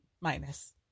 minus